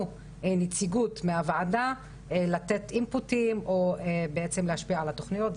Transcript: נציגות מהוועדה לתת אינפוטים או להשפיע על התוכניות,